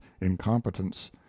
incompetence